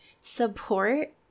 support